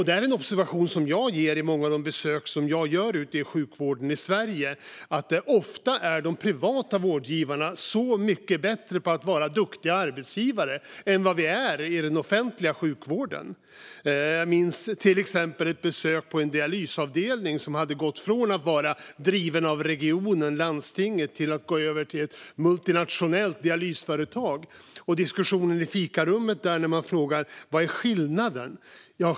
En observation som jag gör vid många av de besök jag gör ute i sjukvården i Sverige är att de privata vårdgivarna ofta är mycket bättre på att vara duktiga arbetsgivare än vi är i den offentliga sjukvården. Jag minns till exempel ett besök på en dialysavdelning som gått från att vara driven av regionen, landstinget, till att drivas av ett multinationellt dialysföretag. Vi hade en diskussion i fikarummet och jag frågade vad skillnaden var.